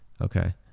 okay